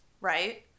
Right